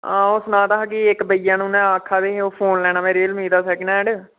हां ओह् सना दा हा कि इक भैया न उनें आखा दे हे ओह् फोन लैना मैं रियल मी दा सेकंड हैंड